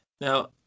Now